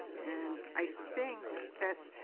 and, i think that's,